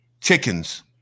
Chickens